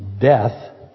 death